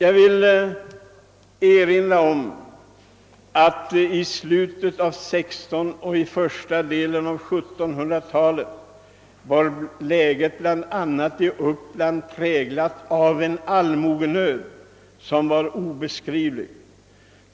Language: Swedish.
I slutet av 1600-talet och under första delen av 1700-talet var situationen i Uppland präglad av en obeskrivlig allmogenöd.